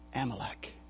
Amalek